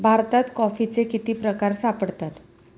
भारतात कॉफीचे किती प्रकार सापडतात?